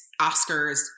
Oscars